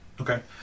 Okay